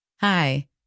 Hi